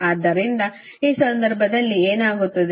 ಆದ್ದರಿಂದ ಈ ಸಂದರ್ಭದಲ್ಲಿ ಏನಾಗುತ್ತದೆ